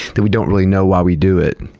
and we don't really know why we do it.